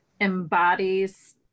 embodies